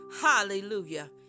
hallelujah